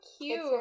cute